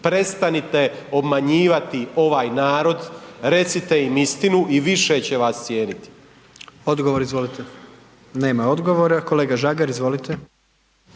prestanite obmanjivati ovaj narod, recite im istinu i više će vas cijeniti. **Jandroković, Gordan (HDZ)** Odgovor, izvolite. Nema odgovora, kolega Žagar izvolite.